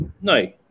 No